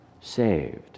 saved